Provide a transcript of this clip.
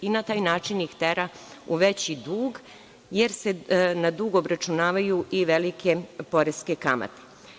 Na taj način ih tera u veći dug, jer se na dug obračunavaju i velike poreske kamate.